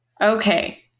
okay